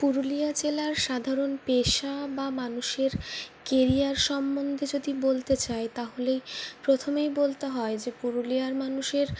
পুরুলিয়া জেলার সাধারণ পেশা বা মানুষের কেরিয়ার সম্বন্ধে যদি বলতে চাই তাহলেই প্রথমেই বলতে হয় যে পুরুলিয়ার মানুষের